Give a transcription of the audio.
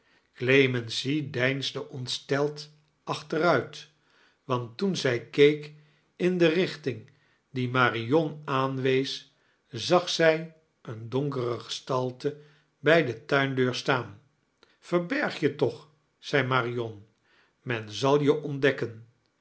deinsde ontsteld achteruit want toen zij keek in de richting die marion aanwees zag zij eene donkere gestalte bij de tuindeur staan verberg je toch zei marion men zal je ontdekken